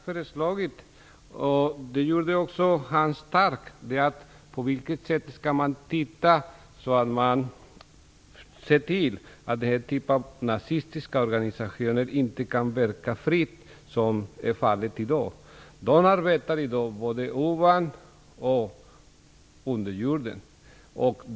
föreslogs, vilket även Hans Stark gjort, att man skall se till att nazistiska organisationer inte skall kunna verka fritt, som fallet är i dag. Sådana arbetar i dag både ovan och under jorden.